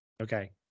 Okay